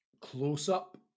close-up